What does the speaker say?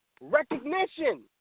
recognition